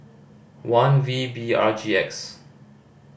one V B R G X